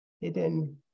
hidden